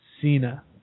Cena